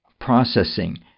processing